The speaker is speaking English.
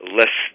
less